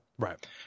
Right